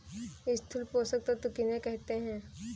स्थूल पोषक तत्व किन्हें कहते हैं?